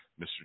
Mr